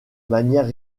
manière